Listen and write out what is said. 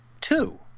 Two